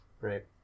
Right